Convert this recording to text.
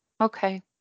okay